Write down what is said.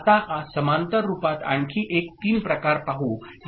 आता समांतर रुपात आणखी एक तीन प्रकार पाहू या